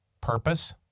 Purpose